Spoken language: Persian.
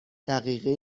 دقیقه